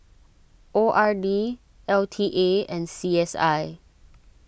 O R D L T A and C S I